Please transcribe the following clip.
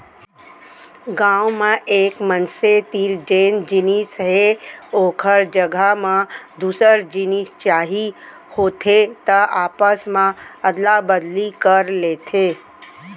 गाँव म एक मनसे तीर जेन जिनिस हे ओखर जघा म दूसर जिनिस चाही होथे त आपस मे अदला बदली कर लेथे